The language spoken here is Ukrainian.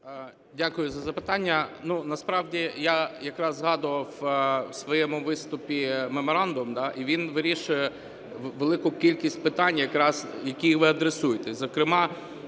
Дякую за запитання. Насправді я якраз згадував у своєму виступі меморандум, і він вирішує велику кількість питань якраз, які ви адресуєте.